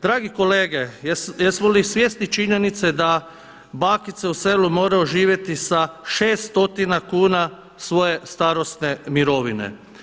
Dragi kolege, jesmo li svjesni činjenice da bakice u selu moraju živjeti sa 600 kuna svoje starosne mirovine?